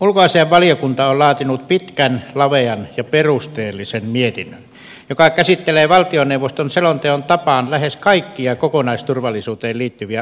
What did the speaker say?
ulkoasiainvaliokunta on laatinut pitkän lavean ja perusteellisen mietinnön joka käsittelee valtioneuvoston selonteon tapaan lähes kaikkia kokonaisturvallisuuteen liittyviä uhkakuvia